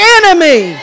enemy